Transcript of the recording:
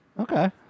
Okay